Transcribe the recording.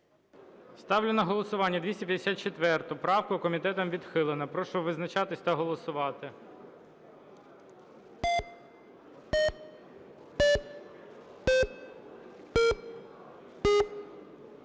Ставлю на голосування 649 правку. Комітетом відхилена. Прошу визначатись та голосувати.